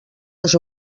les